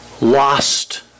lost